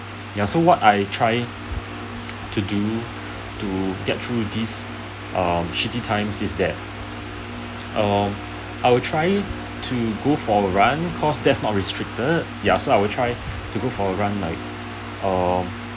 ya so what I try to do to get through these um shitty time is that um I will try to go for a run cause that's not restricted ya so I'll try to go for a run like um